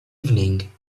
evening